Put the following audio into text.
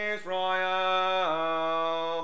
Israel